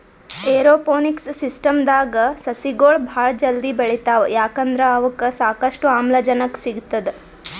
aeroponics ಸಿಸ್ಟಮ್ದಾಗ್ ಸಸಿಗೊಳ್ ಭಾಳ್ ಜಲ್ದಿ ಬೆಳಿತಾವ್ ಯಾಕಂದ್ರ್ ಅವಕ್ಕ್ ಸಾಕಷ್ಟು ಆಮ್ಲಜನಕ್ ಸಿಗ್ತದ್